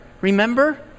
remember